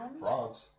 frogs